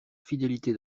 fidélité